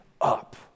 up